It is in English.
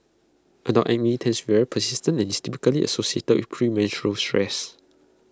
adult acne tends very persistent and IT is typically associated with premenstrual